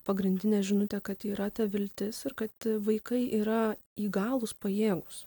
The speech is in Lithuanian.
pagrindinę žinutę kad yra ta viltis ir kad vaikai yra įgalūs pajėgūs